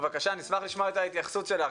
נשמח לשמוע את ההתייחסות שלך,